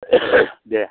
दे